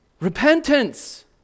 repentance